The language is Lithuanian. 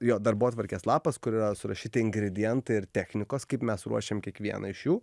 jo darbotvarkės lapas kur yra surašyti ingredientai ir technikos kaip mes ruošiam kiekvieną iš jų